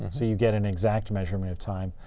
and so you get an exact measurement of time.